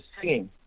singing